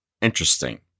interesting